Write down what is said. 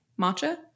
Matcha